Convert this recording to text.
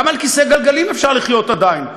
גם על כיסא גלגלים אפשר לחיות עדיין.